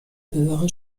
höhere